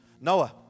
Noah